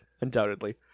undoubtedly